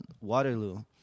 Waterloo